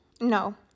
No